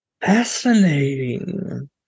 fascinating